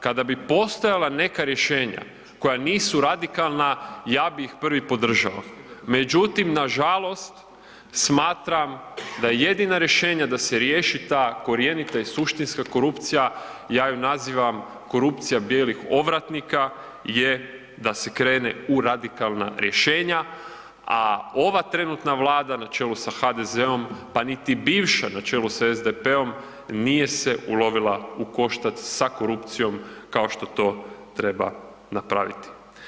Kada bi postojala neka rješenja koja nisu radikalna, ja bi ih prvi podržao, međutim, nažalost smatram da je jedino rješenja da se riješi ta korjenita i suštinska korupcija, ja ju nazivam korupcija bijelih ovratnika je da se krene u radikalna rješenja, a ova trenutna Vlada na čelu sa HDZ-om pa niti bivša na čelu sa SDP-om nije se ulovila u koštac sa korupcijom, kao što treba napraviti.